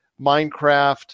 Minecraft